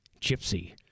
Gypsy